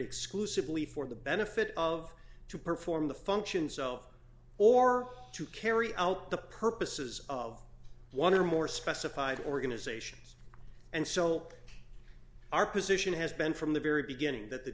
exclusively for the benefit of to perform the functions of or to carry out the purposes of one or more specified organisations and so our position has been from the very beginning that the